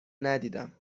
ندیدم